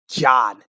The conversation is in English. God